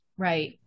Right